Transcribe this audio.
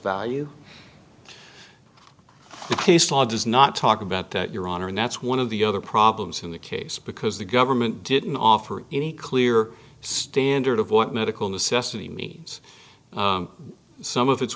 value case law does not talk about that your honor and that's one of the other problems in the case because the government didn't offer any clear standard of what medical necessity means some of it